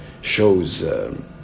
shows